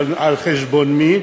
אבל על חשבון מי?